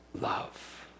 love